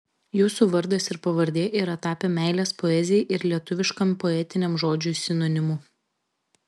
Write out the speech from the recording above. jūsų vardas ir pavardė yra tapę meilės poezijai ir lietuviškam poetiniam žodžiui sinonimu